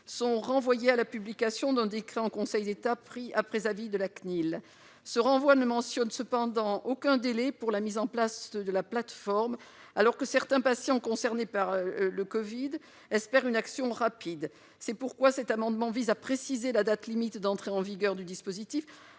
sont renvoyées à la publication d'un décret en Conseil d'État, pris après avis de la Commission nationale de l'informatique et des libertés (CNIL). Ce renvoi ne mentionne cependant aucun délai pour la mise en place de la plateforme, alors que certains patients concernés par le covid espèrent une action rapide. C'est pourquoi cet amendement vise à préciser la date limite d'entrée en vigueur du dispositif,